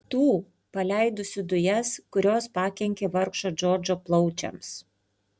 tų paleidusių dujas kurios pakenkė vargšo džordžo plaučiams